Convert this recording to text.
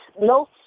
no